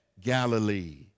Galilee